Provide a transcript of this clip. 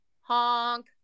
Honk